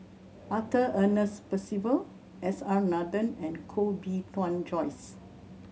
Arthur Ernest Percival S R Nathan and Koh Bee Tuan Joyce